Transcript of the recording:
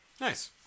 Nice